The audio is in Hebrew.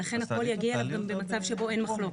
ולכן הכל יגיע אליו גם במצב שבו אין מחלוקת.